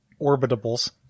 orbitables